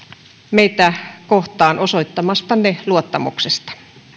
meitä kohtaan osoittamastanne luottamuksesta